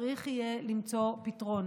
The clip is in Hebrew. צריך יהיה למצוא פתרון.